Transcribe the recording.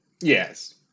Yes